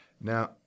now